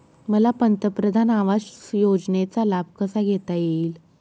मला पंतप्रधान आवास योजनेचा लाभ कसा घेता येईल?